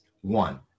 one